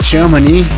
Germany